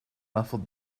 muffled